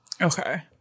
okay